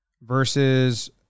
versus